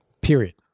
Period